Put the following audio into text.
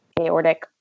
aortic